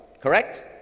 correct